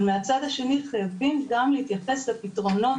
אבל מהצד השני חייבים גם להתייחס לפתרונות,